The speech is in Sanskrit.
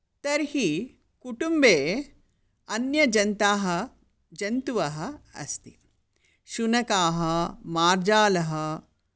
तर्हि कुटुम्बे अन्यजन्तवः जन्तवः अस्ति शुनकाः मार्जालः